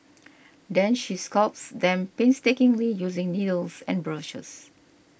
then she sculpts them painstakingly using needles and brushes